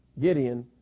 Gideon